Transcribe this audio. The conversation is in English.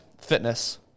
fitness